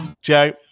Joe